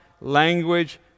language